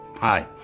Hi